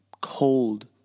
cold